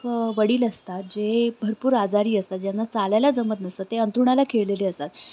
वडील असतात जे भरपूर आजारी असतात ज्यांना चालायला जमत नसतं ते अंथरुणाला खिळलेले असतात